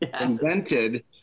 invented